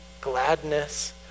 gladness